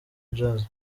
jazz